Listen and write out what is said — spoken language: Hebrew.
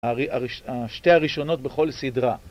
השתי הראשונות בכל סדרה.